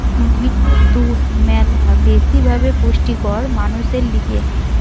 মহিষের দুধ ম্যালা বেশি ভাবে পুষ্টিকর মানুষের লিগে